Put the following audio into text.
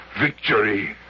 victory